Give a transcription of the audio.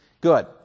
Good